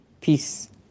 peace